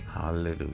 hallelujah